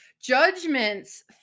judgments